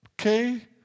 okay